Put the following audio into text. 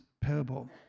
parable